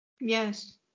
Yes